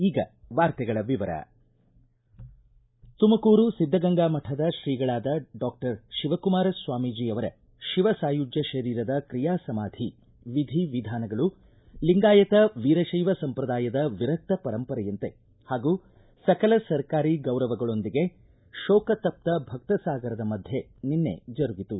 ಈಗ ವಾರ್ತೆಗಳ ವಿವರ ತುಮಕೂರು ಸಿದ್ದಗಂಗಾಮಠದ ಶ್ರೀಗಳಾದ ಡಾಕ್ಟರ್ ಶಿವಕುಮಾರ ಸ್ವಾಮೀಜಿ ಅವರ ಶಿವ ಸಾಯುಜ್ಜ ಶರೀರದ ಕ್ರಿಯಾ ಸಮಾಧಿ ವಿಧಿ ವಿಧಾನಗಳು ಲಿಂಗಾಯತ ವೀರಶೈವ ಸಂಪ್ರದಾಯದ ವಿರಕ್ತ ಪರಂಪರೆಯಂತೆ ಹಾಗೂ ಸಕಲ ಸರ್ಕಾರಿ ಗೌರವಗಳೊಂದಿಗೆ ಶೋಕತಪ್ತ ಭಕ್ತಸಾಗರದ ಮಧ್ಯೆ ನಿನ್ನೆ ಜರುಗಿತು